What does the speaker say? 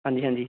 ਹਾਂਜੀ ਹਾਂਜੀ